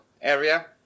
area